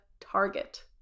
Target